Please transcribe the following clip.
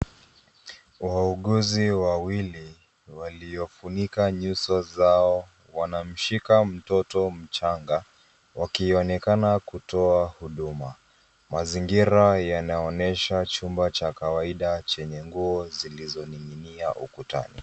Wauguzi wawili waliofunika nyuso zao wanamshika mtoto mchanga wakionekana kutoa huduma. Mazingira yanaonyesha chumba cha kawaida chenye nguo zilizoning'inia ukutani.